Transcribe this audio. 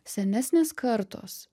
senesnės kartos